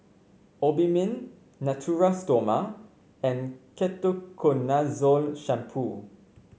Obimin Natura Stoma and Ketoconazole Shampoo